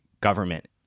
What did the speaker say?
government